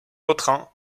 vautrin